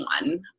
one